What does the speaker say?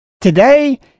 Today